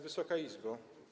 Wysoka Izbo!